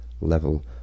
level